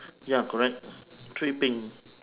ya correct three pink